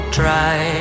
try